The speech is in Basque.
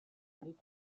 nik